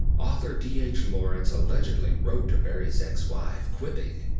author dh lawrence allegedly wrote to barrie's ex-wife, quipping,